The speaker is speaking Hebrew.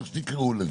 איך שתקראו לזה,